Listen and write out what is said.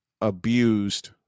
abused